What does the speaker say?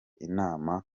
inama